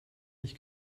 mich